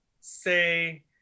say